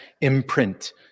imprint